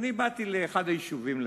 באתי לאחד היישובים,